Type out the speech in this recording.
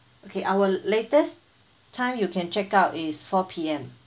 okay our latest time you can check out is four P_M